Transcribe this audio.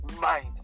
mind